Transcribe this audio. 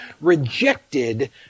rejected